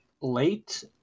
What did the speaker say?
late